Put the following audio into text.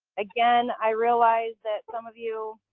again, i realize that some of you